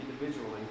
individually